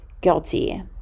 Guilty